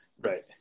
right